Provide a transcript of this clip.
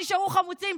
שנשארו חמוצים,